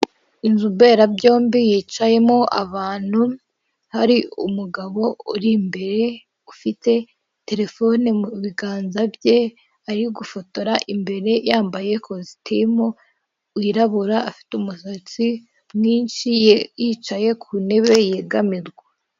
Inzu mberabyombi yicayemo abantu hari umugabo uri imbere, ufite telefone mu biganza bye ari gufotora imbere yambaye kositimu, wirabura afite umusatsi mwinshi yicaye ku ntebe yegamirwa.